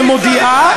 ומודיעה,